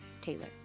Taylor